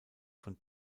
von